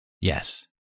Yes